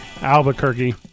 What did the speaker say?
Albuquerque